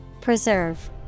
Preserve